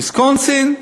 ויסקונסין,